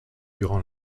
durant